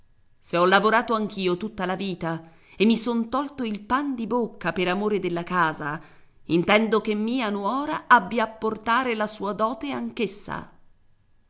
se ho lavorato anch'io tutta la vita e mi son tolto il pan di bocca per amore della casa intendo che mia nuora vi abbia a portare la sua dote